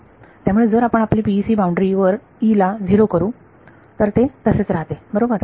त्यामुळे जर आपण PEC बाउंड्री वर E ला 0 करू तर ते तसेच राहते बरोबर